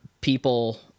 people